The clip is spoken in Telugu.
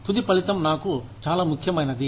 తుది ఫలితం నాకు చాలా ముఖ్యమైనది